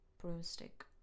Broomstick